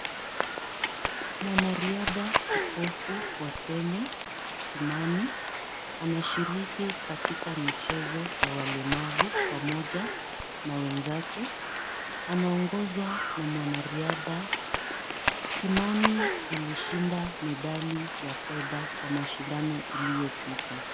Mwanariadha kipofu wa Kenya Kimani, anashiriki katika michezo ya walemavu pamoja na wenzake. Anaongozwa na mwanariadha. Kimani alishinda medali ya fedha kwa mashindano iliyopita.